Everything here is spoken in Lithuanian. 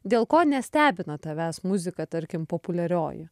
dėl ko nestebina tavęs muzika tarkim populiarioji